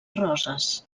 roses